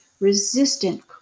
resistant